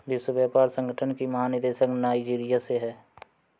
विश्व व्यापार संगठन की महानिदेशक नाइजीरिया से है